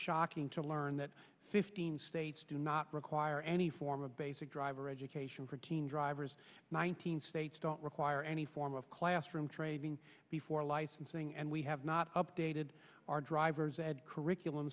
shocking to learn that fifteen states do not require any form of basic driver education for teen drivers nine hundred states don't require any form of classroom training before licensing and we have not updated our driver's ed curriculum